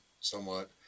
somewhat